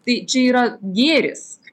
tai čia yra gėris